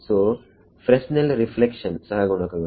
ಸೋಫ್ರೆಸ್ನೆಲ್ reflection ಸಹಗುಣಕಗಳು